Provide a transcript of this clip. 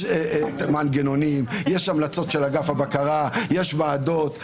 יש מנגנונים, יש המלצות של אגף הבקרה, יש ועדות.